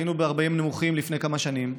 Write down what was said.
היינו נמוכים ב-40% לפני כמה שנים,